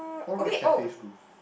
what about the cafe's roof